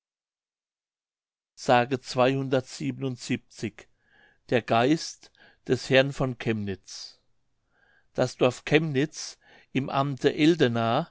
der geist des herrn von kemnitz das dorf kemnitz im amte eldena